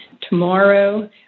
tomorrow